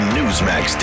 Newsmax